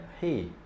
hey